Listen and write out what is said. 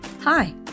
Hi